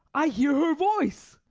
i hear her voice.